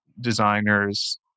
designers